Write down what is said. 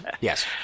Yes